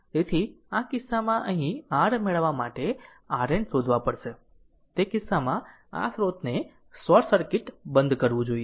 તેથી આ કિસ્સામાં અહીં r મેળવવા માટે RN શોધવા પડશે તે કિસ્સામાં આ સ્રોતને શોર્ટ સર્કિટ બંધ કરવું જોઈએ